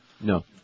No